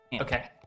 Okay